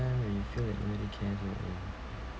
when you feel that nobody cares about you